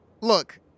look